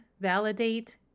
validate